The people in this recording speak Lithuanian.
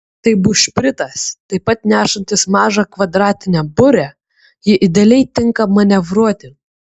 tai bušpritas taip pat nešantis mažą kvadratinę burę ji idealiai tinka manevruoti